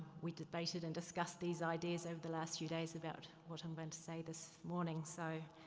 we debated and discussed these ideas over the last few days about what i'm going to say this morning. so,